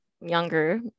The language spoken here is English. younger